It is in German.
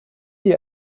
die